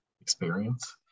experience